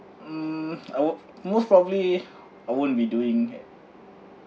mm I'll most probably I won't be doing yet